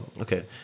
okay